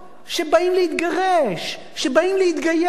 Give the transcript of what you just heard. שבאים להתגרש, שבאים להתגייר,